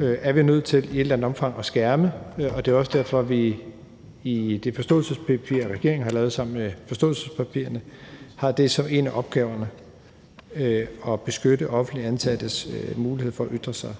er vi nødt til i et eller andet omfang at skærme dem for, og det er også derfor, at vi i det forståelsespapir, regeringen har lavet sammen med forståelsespartierne, har det som en af opgaverne, nemlig at beskytte offentligt ansattes mulighed for at ytre sig.